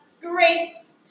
Grace